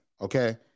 okay